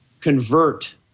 convert